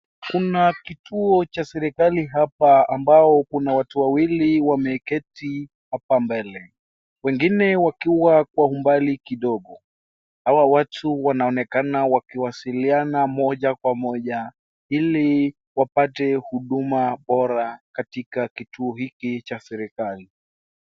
Kuna kituo cha serikali hapa ambao kunawatu wawili wameketi hapo mbele . Wengine wakiwa kwa umbali kidogo .Hao watu wanaonekana wakiwasiliana moja kwa moja ili wapate huduma bora katika kituo hiki cha serikali .